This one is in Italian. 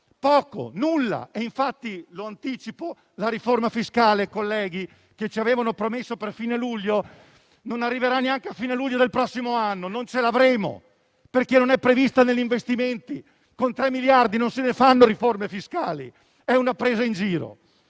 poco o nulla. Anticipo infatti, colleghi, che la riforma fiscale, che ci avevano promesso per fine luglio, non arriverà neanche a fine luglio del prossimo anno. Non ce l'avremo, perché non è prevista negli investimenti. Con 3 miliardi di euro non si fanno riforme fiscali: è una presa in giro!